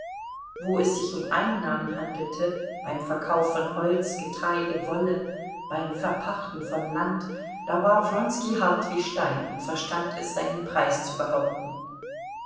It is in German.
wo es sich um einnahmen handelte beim verkauf von holz getreide wolle beim verpachten von land da war wronski hart wie stein und verstand es seinen preis zu behaupten